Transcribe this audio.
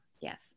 yes